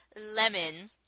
Lemon